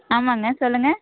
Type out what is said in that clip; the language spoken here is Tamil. ஆமாம்ங்க சொல்லுங்கள்